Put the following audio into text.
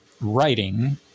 writing